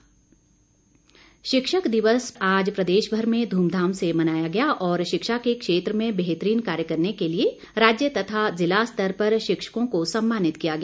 शिक्षक दिवस शिक्षक दिवस आज प्रदेश भर में ध्रमधाम से मनाया गया और शिक्षा के क्षेत्र में बेहतरीन कार्य करने के लिए राज्य तथा जिला स्तर पर शिक्षकों को सम्मानित किया गया